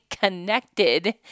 connected